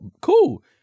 Cool